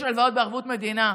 יש הלוואות בערבות מדינה,